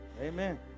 Amen